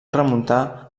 remuntar